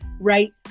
right